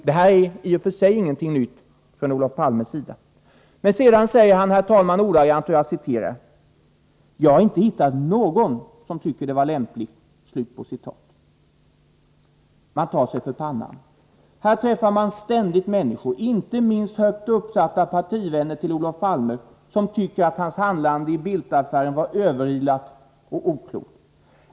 Detta är i och för sig ingenting nytt från Olof Palmes sida. Han säger ordagrant: ”Jag har inte hittat någon som tycker att det var lämpligt ——.” Man tar sig för pannan. Här träffar man ständigt människor, inte minst högt uppsatta partivänner till Olof Palme, som tycker att hans handlande i Bildtaffären var överilat och oklokt.